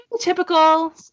typical